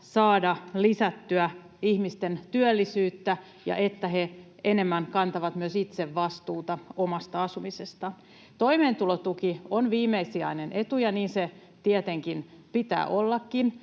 saada lisättyä ihmisten työllisyyttä ja sitä, että he enemmän kantavat myös itse vastuuta omasta asumisestaan. Toimeentulotuki on viimesijainen etu, ja niin sen tietenkin pitää ollakin.